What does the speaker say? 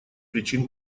причин